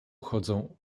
chodzą